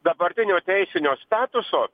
dabartinio teisinio statuso